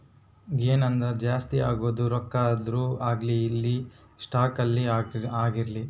gain ಅಂದ್ರ ಜಾಸ್ತಿ ಆಗೋದು ರೊಕ್ಕ ಆದ್ರೂ ಅಗ್ಲಿ ಇಲ್ಲ ಸ್ಟಾಕ್ ಆದ್ರೂ ಆಗಿರ್ಲಿ